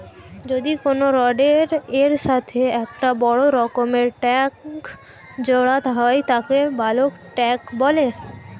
যদি কোনো রডের এর সাথে একটা বড় রকমের ট্যাংক জোড়া হয় তাকে বালক ট্যাঁক বলে